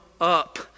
up